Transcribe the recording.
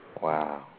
Wow